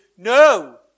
No